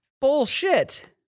Bullshit